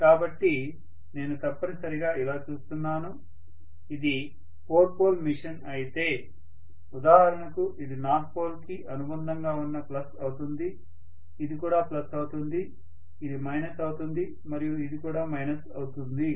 కాబట్టి నేను తప్పనిసరిగా ఇలా చూస్తున్నాను ఇది 4 పోల్ మిషిన్ అయితే ఉదాహరణకు ఇది నార్త్ పోల్ కి అనుబంధంగా ఉన్న ప్లస్ అవుతుంది ఇది కూడా ప్లస్ అవుతుంది ఇది మైనస్ అవుతుంది మరియు ఇది కూడా మైనస్ అవుతుంది